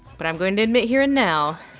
but i'm going to admit here and now,